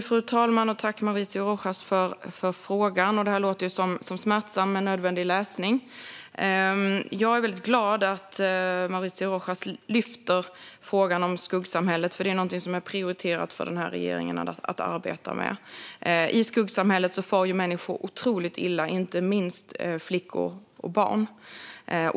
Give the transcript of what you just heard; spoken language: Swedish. Fru talman! Tack, Mauricio Rojas, för frågan! Det låter som smärtsam men nödvändig läsning. Jag är väldigt glad över att Mauricio Rojas lyfter fram frågan om skuggsamhället, eftersom regeringen prioriterar att arbeta med den. I skuggsamhället far människor otroligt illa, inte minst flickor och barn.